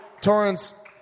Torrance